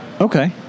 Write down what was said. Okay